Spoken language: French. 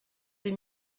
des